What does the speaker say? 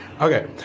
Okay